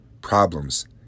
problems